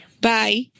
Bye